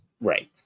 right